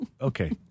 Okay